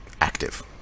active